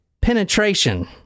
penetration